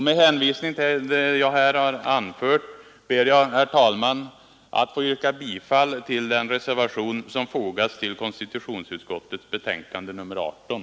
Med hänvisning till vad jag här anfört ber jag, herr talman, att få yrka bifall till den reservation som fogats till konstitutionsutskottets betänkande nr 18.